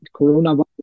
coronavirus